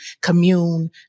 commune